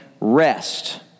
rest